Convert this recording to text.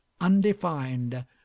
undefined